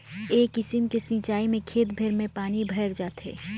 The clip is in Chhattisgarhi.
ए किसिम के सिचाई में खेत भेर में पानी भयर जाथे